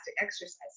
exercise